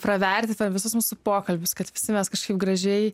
praverti per visus mūsų pokalbius kad visi mes kažkaip gražiai